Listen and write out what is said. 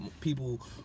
people